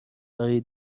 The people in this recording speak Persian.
برای